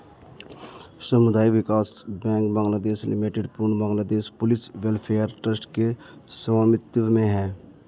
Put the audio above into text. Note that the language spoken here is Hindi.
सामुदायिक विकास बैंक बांग्लादेश लिमिटेड पूर्णतः बांग्लादेश पुलिस वेलफेयर ट्रस्ट के स्वामित्व में है